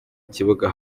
kibuga